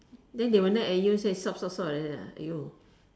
then they will nag at you say stop stop stop like that ah !aiyo!